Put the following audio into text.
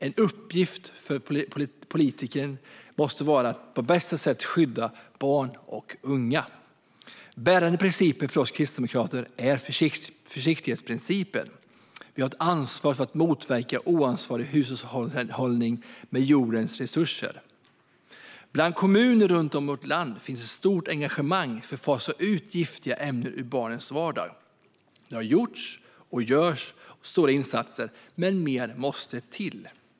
En uppgift för politiken måste vara att på bästa sätt skydda barn och unga. En bärande princip för oss kristdemokrater är försiktighetsprincipen. Vi har ett ansvar för att motverka oansvarig hushållning med jordens resurser. Bland kommuner runt om i vårt land finns ett stort engagemang när det gäller att fasa ut giftiga ämnen ur barnens vardag. Det har gjorts och görs stora insatser, men mer måste till.